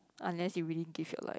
unless you really give your life